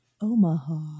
Omaha